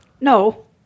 No